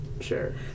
Sure